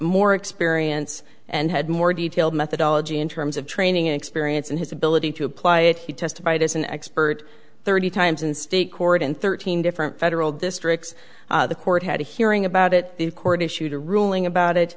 more experience and had more detailed methodology in terms of training experience and his ability to apply it he testified as an expert thirty times in state court in thirteen different federal districts the court had a hearing about it in court issued a ruling about it